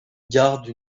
garde